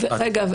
רגע.